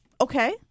okay